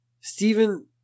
Stephen